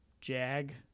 Jag